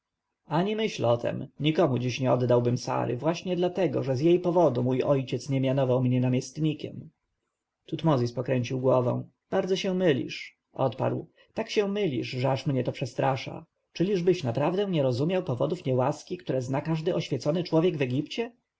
ani myśl o tem nikomu dziś nie oddałbym sary właśnie dlatego że z jej powodu mój ojciec nie mianował mnie namiestnikiem tutmozis kręcił głową bardzo się mylisz odparł tak się mylisz że aż mnie to przestrasza czyliżbyś naprawdę nie rozumiał powodów niełaski które zna każdy oświecony człowiek w egipcie